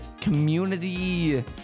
community